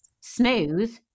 smooth